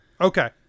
Okay